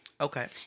Okay